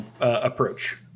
approach